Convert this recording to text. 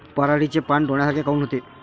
पराटीचे पानं डोन्यासारखे काऊन होते?